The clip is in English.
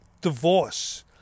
Divorce